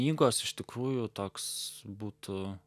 knygos iš tikrųjų toks būtų